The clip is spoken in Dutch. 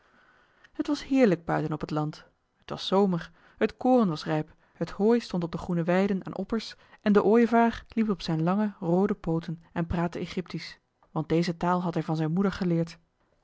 het was heerlijk buiten op het land t was zomer het koren was rijp het hooi stond op de groene weiden aan oppers en de ooievaar liep op zijn lange roode pooten en praatte egyptisch want deze taal had hij van zijn moeder geleerd